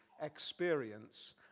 experience